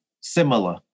similar